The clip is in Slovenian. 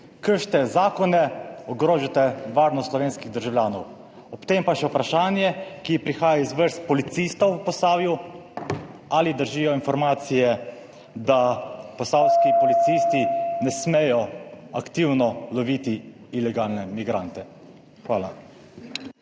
Kršite zakone, ogrožate varnost slovenskih državljanov. Ob tem pa še vprašanje, ki prihaja iz vrst policistov v Posavju: ali držijo informacije, da posavski policisti ne smejo aktivno loviti ilegalne migrante? Hvala.